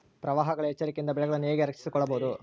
ಪ್ರವಾಹಗಳ ಎಚ್ಚರಿಕೆಯಿಂದ ಬೆಳೆಗಳನ್ನು ಹೇಗೆ ರಕ್ಷಿಸಿಕೊಳ್ಳಬಹುದು?